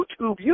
YouTube